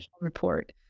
report